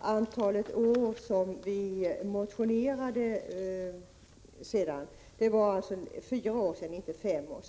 hur länge det är sedan vi motionerade i frågan. Det är alltså fyra år sedan vi gjorde det, inte fem år.